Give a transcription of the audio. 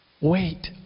Wait